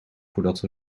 voordat